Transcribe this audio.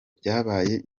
byabaye